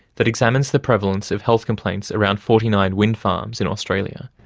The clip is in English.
that examines the prevalence of health complaints around forty nine wind farms in australia,